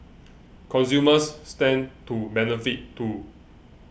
consumers stand to benefit too